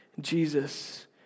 Jesus